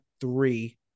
three